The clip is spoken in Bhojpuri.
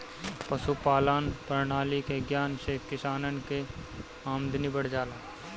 पशुपालान प्रणाली के ज्ञान से किसानन कअ आमदनी बढ़ जाला